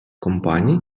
компаній